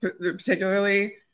particularly